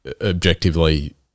objectively